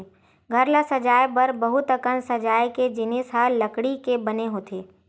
घर ल सजाए बर बहुत अकन सजाए के जिनिस ह लकड़ी के बने होथे